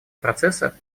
процесса